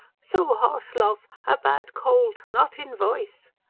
so hoarse, love. a bad cold. not in voice!